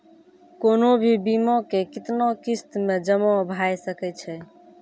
कोनो भी बीमा के कितना किस्त मे जमा भाय सके छै?